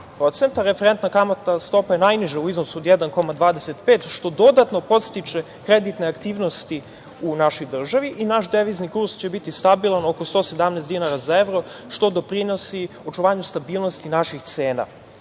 oko 2%. Referentna kamatna stopa je najniža u iznosu od 1,25%, što dodatno podstiče kreditne aktivnosti u našoj državi i naš devizni kurs će biti stabilan, oko 117 dinara za evro, što doprinosi očuvanju stabilnosti naših cena,